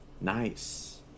Nice